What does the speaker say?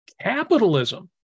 capitalism